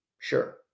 Sure